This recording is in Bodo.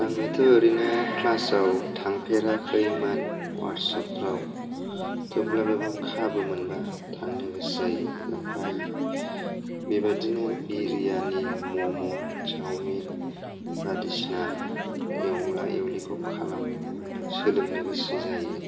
आङोथ' ओरैनो क्लासाव थांफेराखैमोन वार्कशपफोराव थेवब्लाबो खाबु मोनबा थांनो गोसो जायो ओमफ्राय बेबायदिनो बिरियानि मम' चावमिन बायदिसिना एवला एवलिखौ खालामनो सोलोंनो गोसो जायो